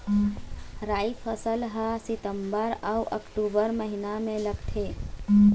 राई फसल हा सितंबर अऊ अक्टूबर महीना मा लगथे